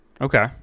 Okay